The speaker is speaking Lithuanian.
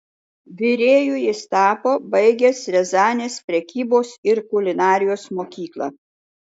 virėju jis tapo baigęs riazanės prekybos ir kulinarijos mokyklą